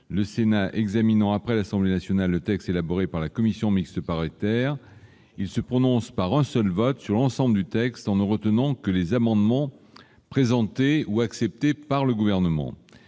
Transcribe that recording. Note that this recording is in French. lorsqu'il examine après l'Assemblée nationale le texte élaboré par la commission mixte paritaire, le Sénat se prononce par un seul vote sur l'ensemble du texte en ne retenant que les amendements présentés ou acceptés par le Gouvernement.